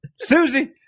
Susie